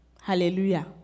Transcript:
Hallelujah